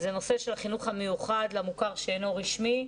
יטפל בנושא של החינוך המיוחד למוכר שאינו רשמי.